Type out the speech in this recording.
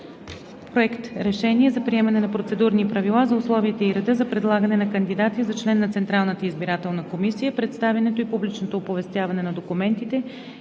„Проект! РЕШЕНИЕ за приемане на Процедурни правила за условията и реда за предлагане на кандидати за член на Централната избирателна комисия, представянето и публичното оповестяване на документите